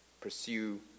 Pursue